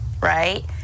right